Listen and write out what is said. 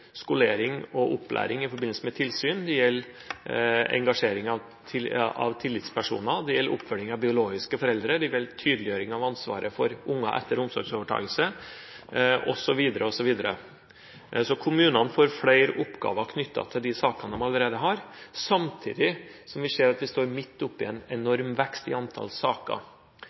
skolering og opplæring i forbindelse med tilsyn. Det gjelder engasjering av tillitspersoner. Det gjelder oppfølging av biologiske foreldre. Det gjelder tydeliggjøring av ansvaret for unger etter omsorgsovertakelse osv. Så kommunene får flere oppgaver knyttet til de sakene de allerede har, samtidig som vi ser at vi står midt oppe i en enorm vekst i antall saker.